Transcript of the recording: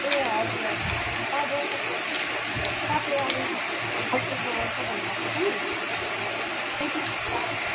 ए हजुर हजुर अब तपाईँ अगस्त फर्स्ट विकमा आउँछ भन्नु भएको छ नि त्यतिखेर